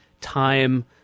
time